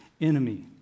enemy